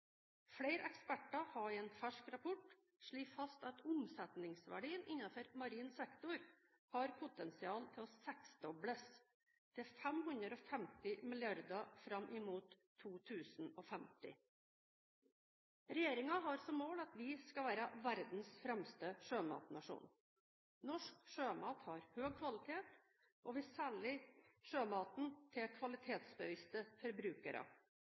Flere eksperter har i en fersk rapport slått fast at omsetningsverdien innenfor marin sektor har potensial til å seksdobles, til 550 mrd. kr fram mot 2050. Regjeringen har som mål at vi skal være verdens fremste sjømatnasjon. Norsk sjømat har høy kvalitet, og vi selger sjømaten til kvalitetsbevisste forbrukere.